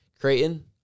Creighton